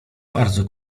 bardzo